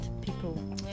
people